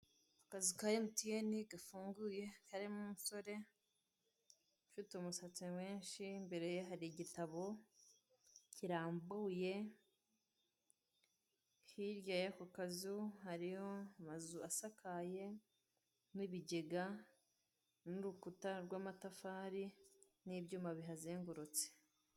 Akazu ka emutiyene gafunguye karimo umusore, ufite umusatsi mwinshi imbere ye hari igitabo kirambuye, hirya y'ako kazu hariho amazu asakaye, n'ibigega, n'urukuta rw'amatafari n'ibyuma bihazengurutse.